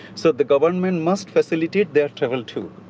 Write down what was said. so the government must facilitate their travel too.